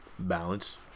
balance